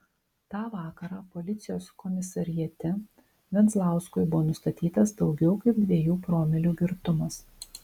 tą vakarą policijos komisariate venzlauskui buvo nustatytas daugiau kaip dviejų promilių girtumas